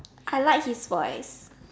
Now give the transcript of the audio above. I like his voice